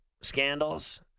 scandals